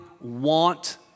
want